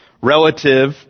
relative